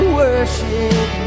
worship